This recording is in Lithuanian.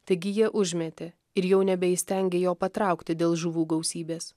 taigi jie užmetė ir jau nebeįstengė jo patraukti dėl žuvų gausybės